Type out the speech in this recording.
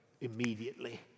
immediately